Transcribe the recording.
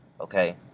Okay